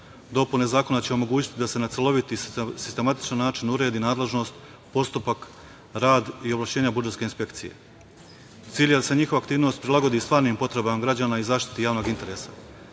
Dopune zakona će omogućiti da se na celoviti sistematičan način uredi nadležnost postupak, rad i ovlašćenja budžetska inspekcija. Cilj je da se njihova aktivnost prilagodi stvarnim potrebama građana i zaštiti javnog interesa,